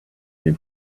been